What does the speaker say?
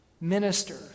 minister